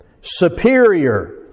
superior